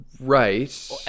right